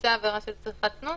שביצע עבירה של צריכת זנות,